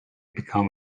become